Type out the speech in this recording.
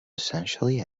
essentially